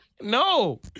No